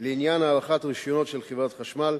לעניין הארכת הרשיונות של חברת החשמל,